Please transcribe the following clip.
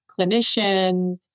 clinicians